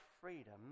freedom